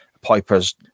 piper's